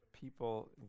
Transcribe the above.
people